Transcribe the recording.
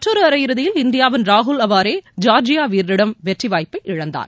மற்றொரு அரையிறுதியில் இந்தியாவின் ராகுல் அவாரே ஜார்ஜியா வீரரிடம் பெற்றி வாய்ப்பை இழந்தார்